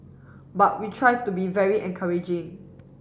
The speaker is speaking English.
but we try to be very encouraging